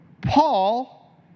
Paul